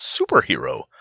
superhero